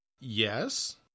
Yes